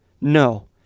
No